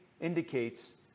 indicates